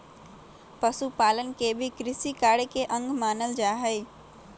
पशुपालन के भी कृषिकार्य के अंग मानल जा हई